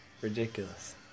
Ridiculous